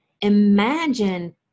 imagine